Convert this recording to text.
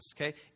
Okay